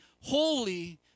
holy